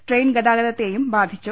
train ഗതാഗത്തെയും ബാധിച്ചു